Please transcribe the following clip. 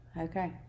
okay